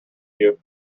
you